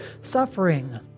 suffering